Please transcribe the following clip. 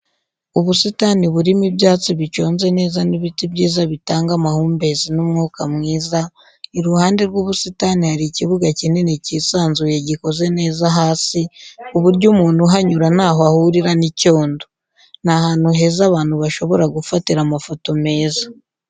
Ubusitani burimo ibyatsi biconze neza n'ibiti byiza bitanga amahumbezi n'umwuka mwiza, iruhande rw'ubusitani hari ikibuga kinini cyisanzuye gikoze neza hasi ku buryo umuntu uhanyura ntaho ahurira n'icyondo. Ni ahantu heza abantu bashobora gufatira amafoto meza.